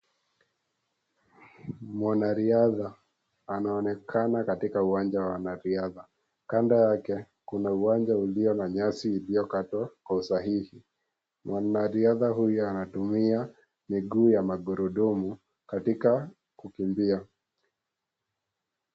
Mwanariadha anaonekana katika uwanja wa wanariadha kando yake kuna uwanja ulio na nyasi iliyokatwa kwa usahihi, mwanariadha huyu anatumia miguu ya gurudumu katika kukimbia.